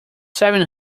seven